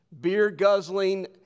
beer-guzzling